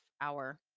hour